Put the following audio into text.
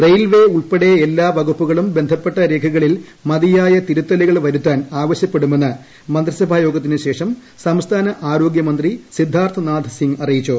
railway ഉൾപ്പെടെ എല്ലാ വകുപ്പുകളും ബന്ധപ്പെട്ട രേഖകളിൽ മതിയായ തിരുത്തലുകൾ വരുത്താൻ ആവശ്യപ്പെടുമെന്ന് മന്ത്രിസഭാ യോഗത്തിനു ശേഷം സംസ്ഥാന ആരോഗ്യമന്ത്രി സിദ്ധാർത്ഥ് നാഥ്സിംഗ് അറിയിച്ചു